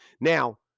Now